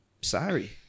Sorry